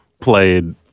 played